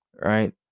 right